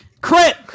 Quit